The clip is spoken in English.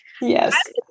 Yes